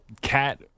cat